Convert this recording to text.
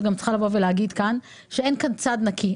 גם צריכה להגיד כאן שאין כאן צד נקי,